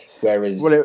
whereas